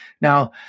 Now